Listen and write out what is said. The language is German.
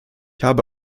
habe